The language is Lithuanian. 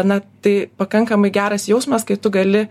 na tai pakankamai geras jausmas kai tu gali